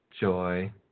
joy